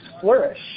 flourish